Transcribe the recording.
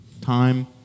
time